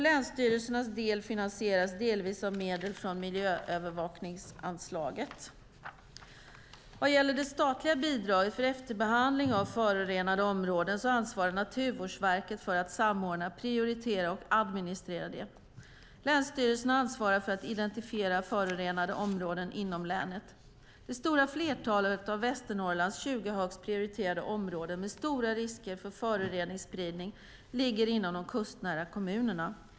Länsstyrelsernas del finansieras delvis av medel från miljöövervakningsanslaget. Vad gäller det statliga bidraget för efterbehandling av förorenade områden ansvarar Naturvårdsverket för att samordna, prioritera och administrera det. Länsstyrelserna ansvarar för att identifiera förorenade områden inom länet. Det stora flertalet av Västernorrlands 20 högst prioriterade områden med stora risker för föroreningsspridning ligger inom de kustnära kommunerna.